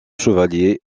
chevalier